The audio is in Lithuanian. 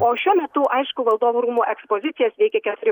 o šiuo metu aišku valdovų rūmų ekspozicijas veikia keturi